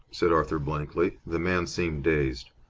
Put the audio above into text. said arthur, blankly. the man seemed dazed.